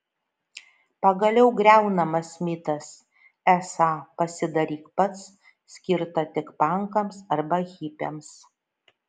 pagaliau griaunamas mitas esą pasidaryk pats skirta tik pankams arba hipiams